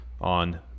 on